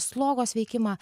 slogos veikimą